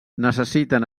necessiten